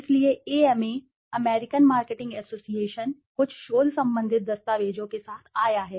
इसलिए AMA American marketing association कुछ शोध संबंधित दस्तावेजों के साथ आया है